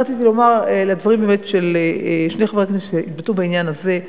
אז רק רציתי לומר לדברים של שני חברי כנסת שהתבטאו בעניין הזה,